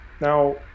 Now